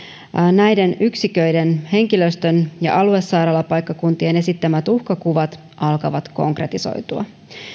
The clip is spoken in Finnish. näiden yksiköiden henkilöstön ja aluesairaalapaikkakuntien reilu vuosi sitten esittämät uhkakuvat alkavat konkretisoitua